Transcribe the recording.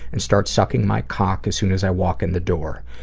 and starts sucking my cock as soon as i walk in the door.